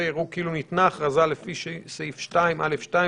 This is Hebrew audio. יראו כאילו ניתנה הכרזה לפי סעיף 2א(2),